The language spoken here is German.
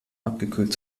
abgekühlt